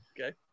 Okay